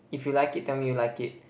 if you like it tell me you like it